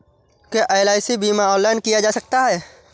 क्या एल.आई.सी बीमा ऑनलाइन किया जा सकता है?